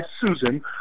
Susan